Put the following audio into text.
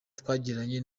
twagiranye